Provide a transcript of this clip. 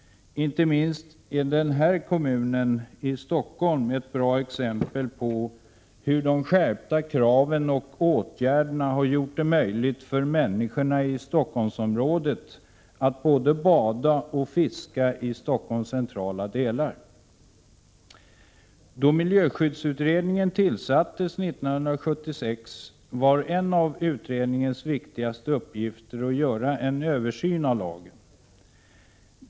Inte minst är kommunen Stockholm ett bra exempel på hur de skärpta kraven och åtgärderna har gjort det möjligt för människorna i Stockholmsområdet att både bada och fiska i Stockholms centrala delar. Då miljöskyddsutredningen tillsattes 1976 var en av utredningens viktigaste uppgifter att göra en översyn av lagen.